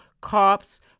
cops